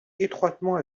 étroitement